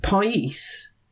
Pais